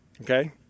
Okay